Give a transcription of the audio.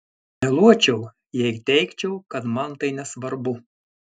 meluočiau jei teigčiau kad man tai nesvarbu